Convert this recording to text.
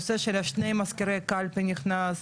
הנושא של שני מזכירי קלפי נכנס,